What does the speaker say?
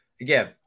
again